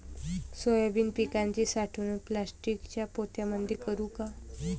Soybean पिकाची साठवणूक प्लास्टिकच्या पोत्यामंदी करू का?